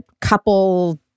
couple